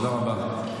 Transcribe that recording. תודה רבה.